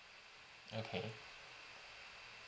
okay